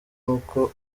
uko